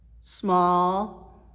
small